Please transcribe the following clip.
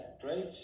great